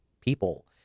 people